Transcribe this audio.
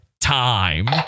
time